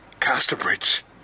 Casterbridge